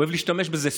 הוא אוהב להשתמש בזה,